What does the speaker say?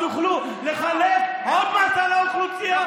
שתוכלו לחלק עוד מתנות לאוכלוסייה.